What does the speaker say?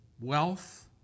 wealth